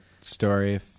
story